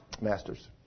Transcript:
master's